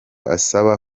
asaba